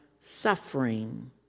suffering